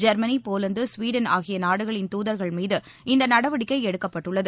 Germany Poland Sweden ஆகிய நாடுகளின் துதர்கள் மீது இந்த நடவடிக்கை எடுக்கப்பட்டுள்ளது